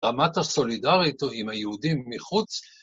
רמת הסולידריות היא עם היהודים מחוץ.